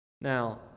Now